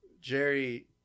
Jerry